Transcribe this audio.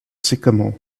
sycamore